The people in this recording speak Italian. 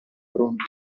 fronte